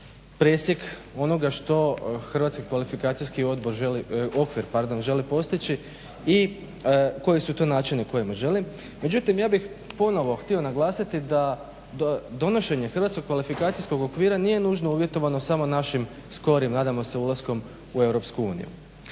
presjek onoga što hrvatski kvalifikacijski okvir želi postići i koji su to načini kojima želim. Međutim ja bih htio ponovo naglasiti da donošenje hrvatskog kvalifikacijskog okvira nije nužno uvjetovano samo našim skorim nadamo se ulaskom u EU. Naime,